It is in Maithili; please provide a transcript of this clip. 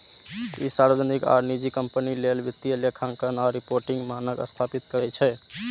ई सार्वजनिक आ निजी कंपनी लेल वित्तीय लेखांकन आ रिपोर्टिंग मानक स्थापित करै छै